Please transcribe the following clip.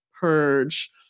purge